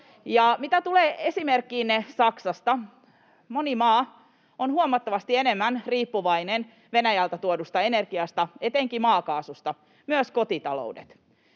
Mitä tulee esimerkkiinne Saksasta, moni maa on huomattavasti enemmän riippuvainen Venäjältä tuodusta energiasta, etenkin maakaasusta, myös kotitaloudet.